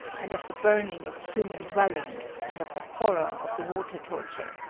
and of the burning of human dwellings, and of the horror of the water torture.